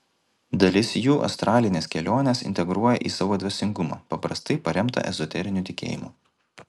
dalis jų astralines keliones integruoja į savo dvasingumą paprastai paremtą ezoteriniu tikėjimu